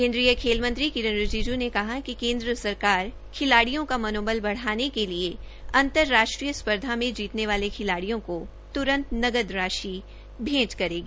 केन्द्रीय खेल मंत्री किरण रिजिज् ने कहा है कि केन्द्र सरकार खिलाडियों का मनोबल बढ़ाने के लिए अंतर राष्ट्रीय स्पर्धा में जीतने वाले खिलाडियों को तुरंत नकद राशि भेंट करेगी